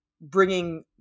bringing